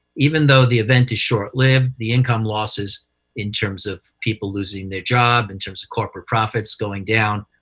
even though the event is short-lived, the income losses in terms of people losing their job, in terms of corporate profits going down,